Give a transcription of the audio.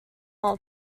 all